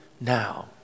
now